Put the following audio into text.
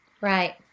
Right